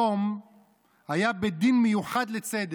שבסדום היה בית דין מיוחד לצדק.